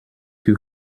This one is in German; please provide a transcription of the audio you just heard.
für